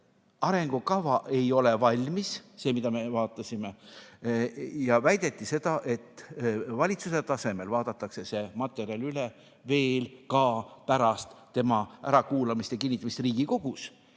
arengukava ei ole valmis, see, mida me vaatasime. Väideti seda, et valitsuse tasemel vaadatakse see materjal üle ka pärast ärakuulamist ja kinnitamist Riigikogus,